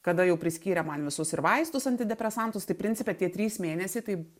kada jau priskyrė man visus ir vaistus antidepresantus tai principe tie trys mėnesiai tai